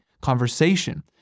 conversation